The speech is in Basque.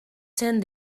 zen